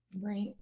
Right